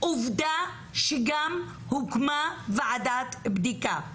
עובדה שגם הוקמה ועדת בדיקה.